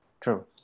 true